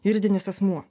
juridinis asmuo